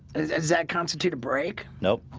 is is that constitute a break nope?